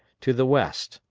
to the west,